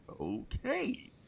okay